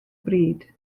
bryd